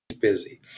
busy